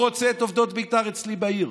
אני לא רוצה את עובדות ביתר אצלי בעיר.